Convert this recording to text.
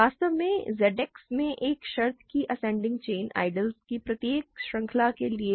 वास्तव में Z X में एक शर्त की असेंडिंग चैन आइडियलस की प्रत्येक श्रृंखला के लिए होती है